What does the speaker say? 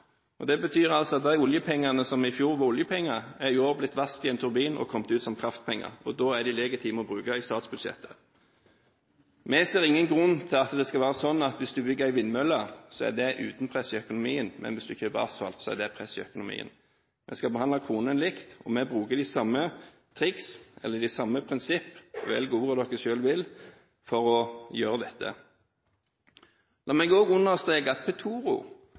og det betyr altså at de oljepengene som i fjor var oljepenger, er i år blitt vasket i en turbin og kommet ut som kraftpenger. Da er de legitime å bruke i statsbudsjettet. Vi ser ingen grunn til at det skal være sånn at hvis du bygger en vindmølle, skjer det uten at det blir press i økonomien, men hvis du kjøper asfalt, fører det til press i økonomien. Vi skal behandle kronene likt, og vi bruker de samme triks eller de samme prinsippene – velg ordet du selv vil – for å gjøre dette. La meg også understreke at Petoro